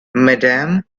madam